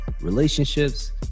relationships